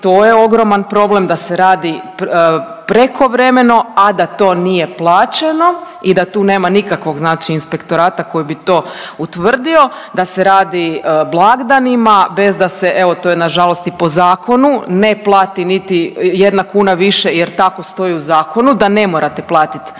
to je ogroman problem, da se radi prekovremeno, a da to nije plaćeno i da tu nema nikakvog inspektorata koji bi to utvrdio da se radi blagdanima bez da se evo to je nažalost i po zakonu ne plati niti jedna kuna više jer tako stoji u zakonu da ne morate platit